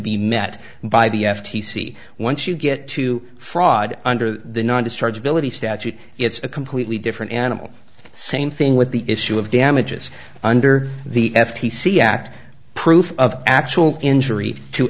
be met by the f t c once you get to fraud under the not discharge ability statute it's a completely different animal same thing with the issue of damages under the f t c act proof of actual injury to